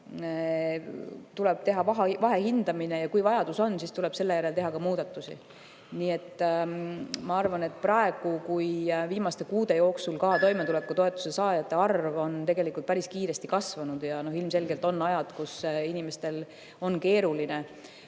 Tuleb teha vahehindamine ja kui vajadus on, siis tuleb selle järel teha ka muudatusi. Ma arvan, et praegu, kui viimaste kuude jooksul on toimetulekutoetuse saajate arv tegelikult päris kiiresti kasvanud ja ilmselgelt on ajad, kus inimestel on keeruline,